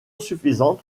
suffisante